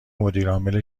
مدیرعامل